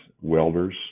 welders